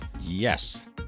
Yes